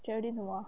geraldine 什么 ah